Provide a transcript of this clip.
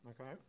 okay